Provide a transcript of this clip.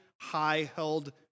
high-held